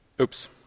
Oops